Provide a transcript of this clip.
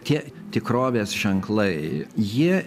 tie tikrovės ženklai jie